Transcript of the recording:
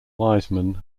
weisman